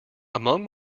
among